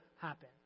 happen